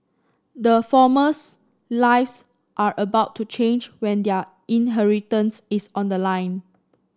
the former's lives are about to change when their inheritance is on the line